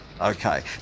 okay